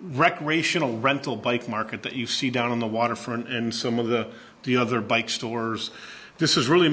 recreational rental bike market that you see down on the waterfront and some of the the other bike stores this is really